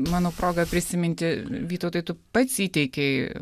manau proga prisiminti vytautai tu pats įteikei